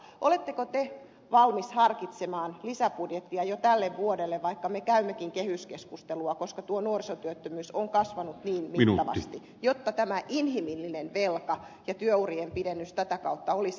oletteko te valmis harkitsemaan lisäbudjettia jo tälle vuodelle vaikka me käymmekin kehyskeskustelua koska tuo nuorisotyöttömyys on kasvanut niin mittavasti jotta tämä inhimillinen velka ja työurien pidennys tätä kautta olisi mahdollista